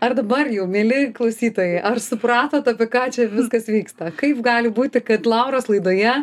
ar dabar jau mieli klausytojai ar supratot apie ką čia viskas vyksta kaip gali būti kad lauros laidoje